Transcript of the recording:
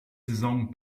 saison